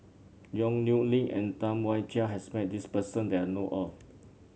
Yong Nyuk Lin and Tam Wai Jia has met this person that I know of